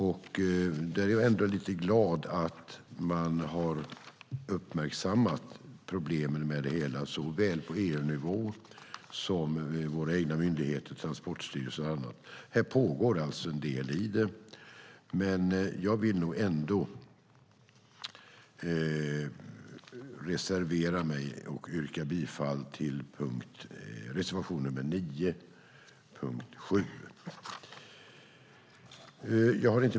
Jag är ändå lite glad att man har uppmärksammat problemet med det hela såväl på EU-nivå som hos våra egna myndigheter, Transportstyrelsen och annat. Här pågår en del arbete, men jag vill ändå reservera mig och yrkar bifall till reservation 9, punkt 7.